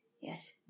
Yes